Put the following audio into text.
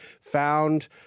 found